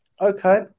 Okay